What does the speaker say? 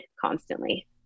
constantly